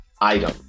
item